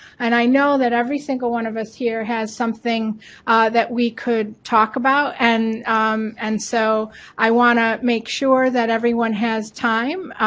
and i know that every single one of us here has something that we could talk about and um and so i wanna make sure that everyone has time